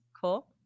cool